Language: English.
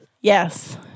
Yes